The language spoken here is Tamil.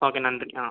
ஓகே நன்றி ஆ